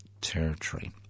Territory